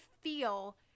feel